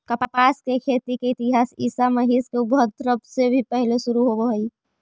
कपास के खेती के इतिहास ईसा मसीह के उद्भव से भी पहिले शुरू होवऽ हई